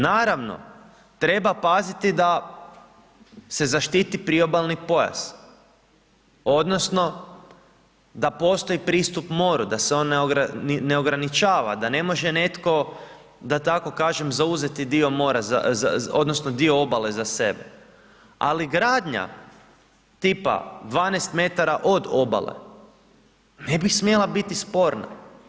Naravno, treba paziti da se zaštiti priobalni pojas odnosno da postoji pristup moru, da se on ne ograničava, da ne može netko da tako kažem, zauzeti dio mora odnosno dio obale za sebe ali gradnja tipa 12 m od obale ne bi smjela biti sporna.